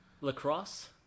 Lacrosse